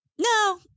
No